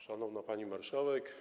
Szanowna Pani Marszałek!